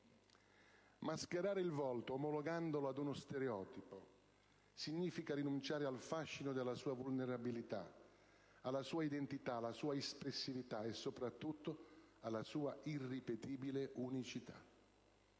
Mascherare il volto, omologandolo ad uno stereotipo, significa rinunciare al fascino della sua vulnerabilità, alla sua identità, alla sua espressività e soprattutto alla sua irripetibile unicità!